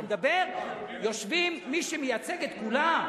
אני מדבר, יושבים מי שמייצגים את כולם,